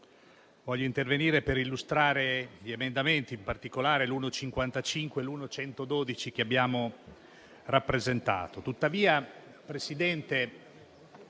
voglio intervenire per illustrare gli emendamenti, in particolare l'1.55 e l'1.112 che abbiamo rappresentato.